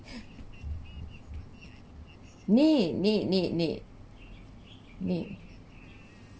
Nie Nie Nie Nie Nie